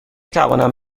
توانم